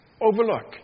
overlook